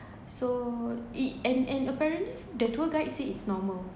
so it and and apparently the tour guide say it's normal